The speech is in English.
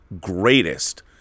greatest